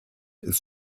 ist